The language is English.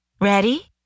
Ready